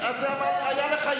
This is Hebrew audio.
הזוגיות והוא התקפל.